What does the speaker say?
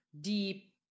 deep